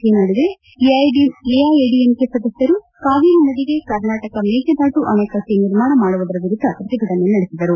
ಈ ನಡುವೆ ಎಐಎಡಿಎಂಕೆ ಸದಸ್ಯರು ಕಾವೇರಿ ನದಿಗೆ ಕರ್ನಾಟಕ ಮೇಕೆದಾಟು ಆಣೆಕಟ್ಟೆ ನಿರ್ಮಾಣ ಮಾಡುವುದರ ವಿರುದ್ದ ಪ್ರತಿಭಟನೆ ನಡೆಸಿದರು